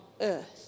earth